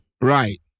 Right